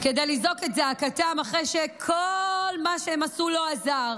כדי לזעוק את זעקתם אחרי שכבר כל מה שהם עשו לא עזר.